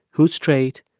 who's straight,